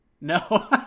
no